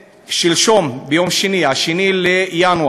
שלשום, ביום שני, 2 בינואר,